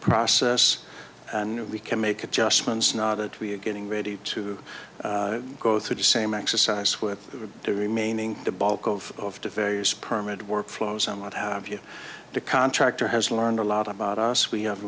process and we can make adjustments not that we're getting ready to go through the same exercise with the remaining the bulk of the various permit workflows and what have you the contractor has learned a lot about us we have